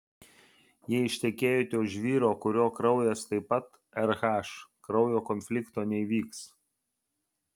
jei ištekėjote už vyro kurio kraujas taip pat rh kraujo konflikto neįvyks